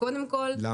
אני